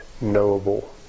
knowable